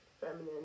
feminine